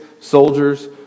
soldiers